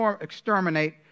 exterminate